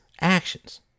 actions